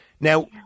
Now